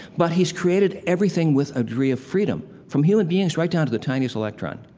but he's created everything with a degree of freedom, from human beings right down to the tiniest electron.